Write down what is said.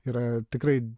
yra tikrai